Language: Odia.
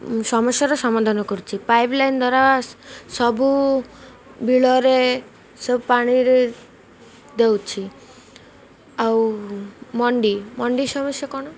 ସମସ୍ୟାର ସମାଧାନ କରୁଛି ପାଇପ୍ ଲାଇନ୍ ଦ୍ୱାରା ସବୁ ବିଲରେ ସବୁ ପାଣିରେ ଦେଉଛି ଆଉ ମଣ୍ଡି ମଣ୍ଡି ସମସ୍ୟା କ'ଣ